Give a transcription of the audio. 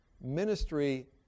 ministry